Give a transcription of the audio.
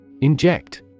Inject